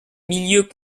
milieux